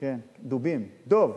דובים, דוב,